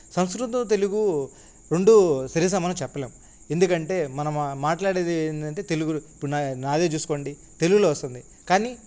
సంస్కృతం తెలుగు రెండు సరిసమానమని చెప్పలేము ఎందుకంటే మనం మాట్లాడేది ఏంటంటే తెలుగు ఇప్పుడు నా నాదే చూసుకోండి తెలుగులో వస్తుంది కానీ